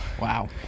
Wow